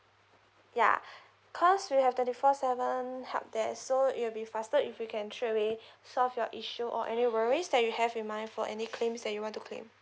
ya cause we have twenty four seven helpdesk so it will be faster if we can straightaway solve your issue or any worries that you have in mind for any claims that you want to claim